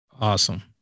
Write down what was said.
Awesome